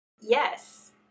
yes